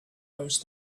those